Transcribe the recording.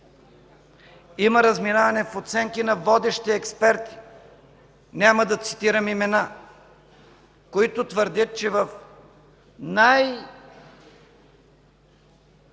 Има разминаване в оценки на водещи експерти. Няма да цитирам имена, които твърдят, че в най-фриволен